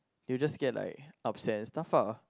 you will just get like upset and stuff lah